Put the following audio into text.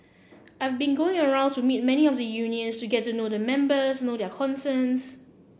I've been going around to meet many of the unions to get to know the members know their concerns